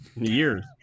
Years